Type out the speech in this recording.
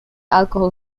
alcohol